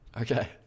okay